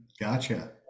Gotcha